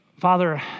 Father